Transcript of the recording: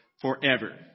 forever